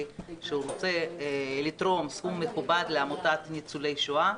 שהוא רוצה לתרום סכום מכובד לעמותת ניצולי שואה,